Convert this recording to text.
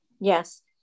Yes